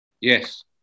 Yes